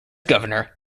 governor